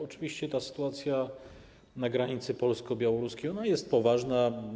Oczywiście sytuacja na granicy polsko-białoruskiej jest poważna.